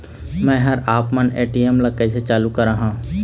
मैं हर आपमन ए.टी.एम ला कैसे चालू कराहां?